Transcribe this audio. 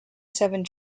seven